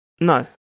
No